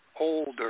older